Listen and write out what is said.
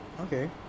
Okay